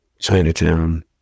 Chinatown